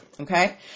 Okay